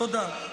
תודה.